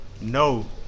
No